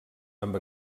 amb